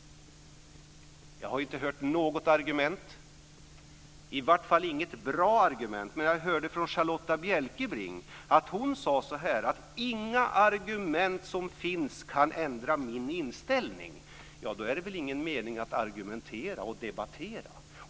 Jag har inte hört något argument, i varje fall inte något bra argument. Charlotta Bjälkebring sade att inga som helst argument kan ändra hennes inställning. Men om ingenting kan förändra ens inställning är det väl ingen mening att argumentera och debattera.